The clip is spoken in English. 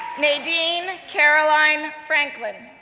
nadine caroline franklin,